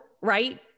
right